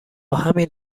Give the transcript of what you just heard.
همین